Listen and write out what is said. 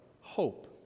hope